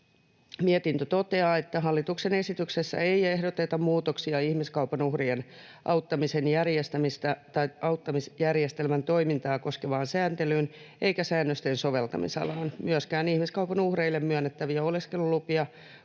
mietintö toteaa, että hallituksen esityksessä ei ehdoteta muutoksia ihmiskaupan uhrien auttamisen järjestämistä tai auttamisjärjestelmän toimintaa koskevaan sääntelyyn eikä säännösten soveltamisalaan. Myöskään ihmiskaupan uhreille myönnettäviä oleskelulupia